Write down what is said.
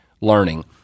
learning